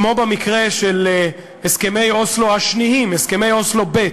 כמו במקרה של הסכמי אוסלו השניים, הסכמי אוסלו ב',